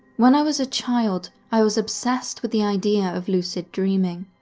when i was a child, i was obsessed with the idea of lucid dreaming.